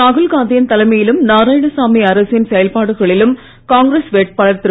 ராகுல்காந்தியின் தலைமையிலும் நாராயணசாமி அரசின் செயல்பாடுகளிலும் காங்கிரஸ் வேட்பாளர் திரு